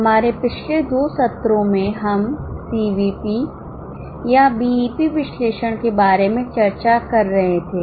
हमारे पिछले दो सत्रों में हम सीवीपी या बीईपी विश्लेषण के बारे में चर्चा कर रहे थे